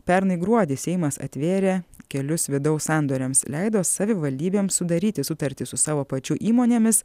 pernai gruodį seimas atvėrė kelius vidaus sandoriams leido savivaldybėms sudaryti sutartis su savo pačių įmonėmis